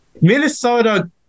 Minnesota